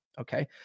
okay